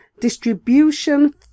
distribution